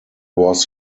was